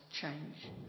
change